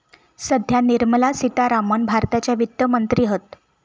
सध्या निर्मला सीतारामण भारताच्या वित्त मंत्री हत